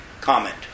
comment